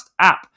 app